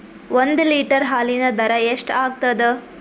ಒಂದ್ ಲೀಟರ್ ಹಾಲಿನ ದರ ಎಷ್ಟ್ ಆಗತದ?